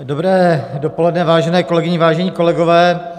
Dobré dopoledne, vážené kolegyně, vážení kolegové.